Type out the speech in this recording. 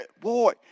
Boy